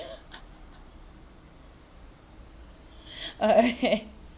uh okay